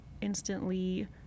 instantly